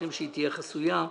תהיה חסויה.